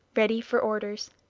ready for orders.